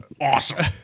awesome